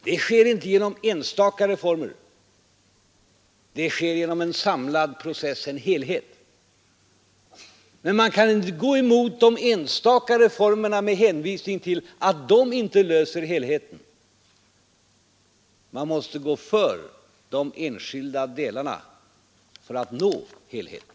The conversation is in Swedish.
Det sker inte genom enstaka reformer — det sker genom en samlad process, en helhet. Men man kan inte gå emot de enstaka reformerna med hänvisning till att de inte löser helheten. Man måste vara för de enskilda delarna för att nå helheten.